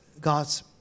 God's